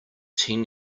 ten